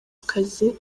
akazi